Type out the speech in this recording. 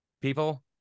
People